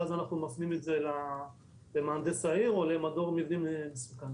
ואז אנחנו מפנים את זה למהנדס העיר או למדור מבנים מסוכנים.